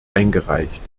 eingereicht